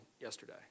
yesterday